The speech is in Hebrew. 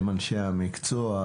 הם אנשי מקצוע,